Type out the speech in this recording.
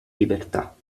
libertà